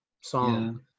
song